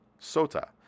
Sota